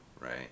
right